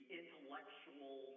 intellectual